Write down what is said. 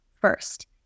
first